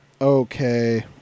okay